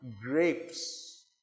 grapes